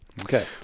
Okay